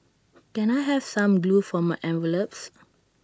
can I have some glue for my envelopes